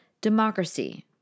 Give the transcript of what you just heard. democracy